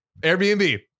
Airbnb